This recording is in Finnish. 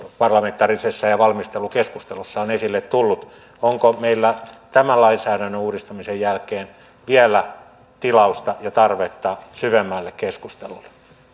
parlamentaarisessa ja valmistelukeskustelussa on esille tullut onko meillä tämän lainsäädännön uudistamisen jälkeen vielä tilausta ja tarvetta syvemmälle keskustelulle